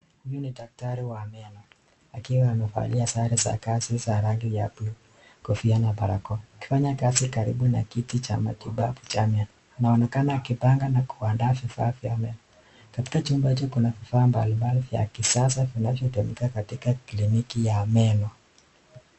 Huyu ni daktari wa meno akiwa amevalia sare za kazi za rangi ya blue , kofia na barakoa. Ukifanya kazi karibu na kiti cha matibabu cha meno. Anaonekana akipanga na kuandaa vifaa vya meno. Katika chumba hicho kuna vifaa mbalimbali vya kisasa vinavyotumika katika kliniki ya meno.